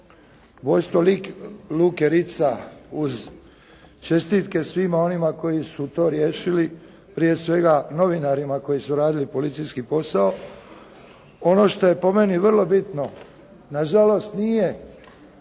ubojstvo Luke Ritza, uz čestitke svima onima koji su to riješili, prije svega novinarima koji su radili policijski posao. Ono što je po meni vrlo bitno na žalost nije